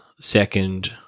second